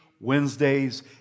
Wednesdays